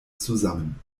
zusammen